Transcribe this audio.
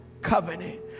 covenant